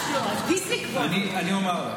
היינו מגיעים, צריך להחזיר את זה לשגרה.